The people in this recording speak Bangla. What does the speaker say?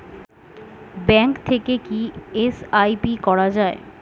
ব্যাঙ্ক থেকে কী এস.আই.পি করা যাবে?